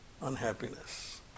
unhappiness